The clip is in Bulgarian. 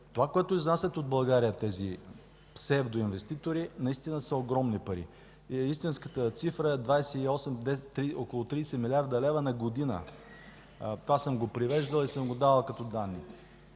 Това, което изнасят от България тези псевдо инвеститори, наистина са огромни пари. Истинската цифра е 28, около 30 млрд. лв. на година. Това съм го привеждал и съм давал като данни.